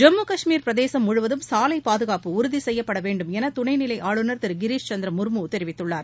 ஜம்மு காஷ்மீர் பிரதேசம் முழுவதும் சாலை பாதுகாப்பு உறுதி செய்யப்பட வேண்டுமென துணை நிலை ஆளுநர் திரு கிரிஷ் சந்திர முர்மு தெரிவித்துள்ளார்